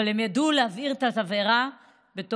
והוא יורה מטחים בלתי פוסקים ברחבי הארץ,